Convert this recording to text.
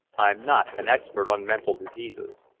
i'm not an expert on mental diseases.